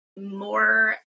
more